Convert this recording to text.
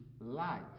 life